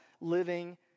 living